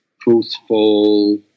truthful